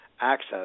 access